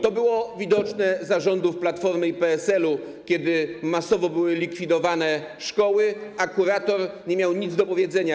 To było widoczne za rządów Platformy i PSL-u, kiedy masowo likwidowano szkoły, a kurator nie miał nic do powiedzenia.